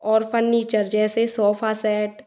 और फर्नीचर जैसे sofa set